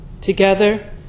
together